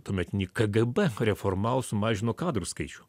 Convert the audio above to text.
tuometinį kgb reformavo sumažino kadrų skaičių